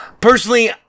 Personally